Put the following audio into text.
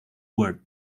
word